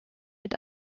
mit